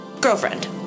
Girlfriend